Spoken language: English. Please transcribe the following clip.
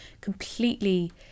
completely